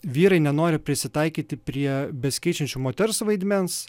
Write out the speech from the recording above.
vyrai nenori prisitaikyti prie besikeičiančio moters vaidmens